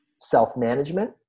self-management